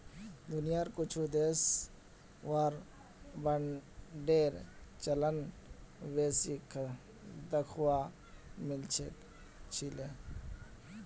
दुनियार कुछु देशत वार बांडेर चलन बेसी दखवा मिल छिले